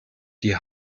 die